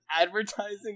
advertising